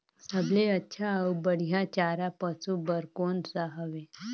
सबले अच्छा अउ बढ़िया चारा पशु बर कोन सा हवय?